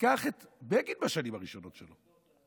תיקח את בגין בשנים הראשונות שלו,